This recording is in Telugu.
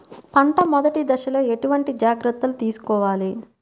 పంట మెదటి దశలో ఎటువంటి జాగ్రత్తలు తీసుకోవాలి?